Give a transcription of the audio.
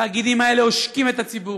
התאגידים האלה עושקים את הציבור,